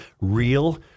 real